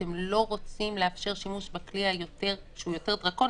אתם לא רוצים לאפשר שימוש בכלי שהוא יותר דרקוני,